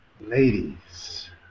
Ladies